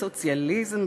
בסוציאליזם,